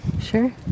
Sure